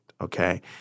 okay